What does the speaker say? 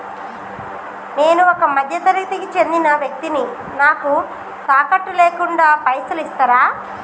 నేను ఒక మధ్య తరగతి కి చెందిన వ్యక్తిని నాకు తాకట్టు లేకుండా పైసలు ఇస్తరా?